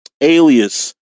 Alias